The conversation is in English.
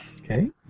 Okay